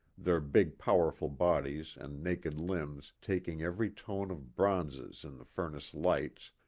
their big powerful bodies and naked limbs taking every tone of bronzes in the fur nace-lights,